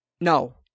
No